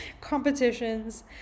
competitions